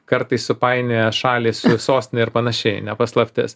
kartais supainioja šalys sostine ir panašiai ne paslaptis